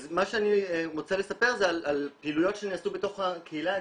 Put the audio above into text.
אז מה שאני רוצה לספר זה על פעילויות שנעשו בתוך הקהילה הגאה,